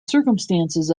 circumstances